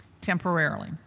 temporarily